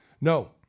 No